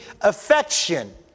affection